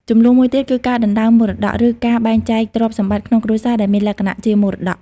ជម្លោះមួយទៀតគឺការដណ្តើមមរតក ឬការបែងចែកទ្រព្យសម្បត្តិក្នុងគ្រួសារដែលមានលក្ខណៈជាមរតក។